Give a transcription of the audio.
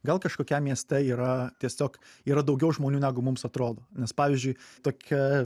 gal kažkokiam mieste yra tiesiog yra daugiau žmonių negu mums atrodo nes pavyzdžiui tokia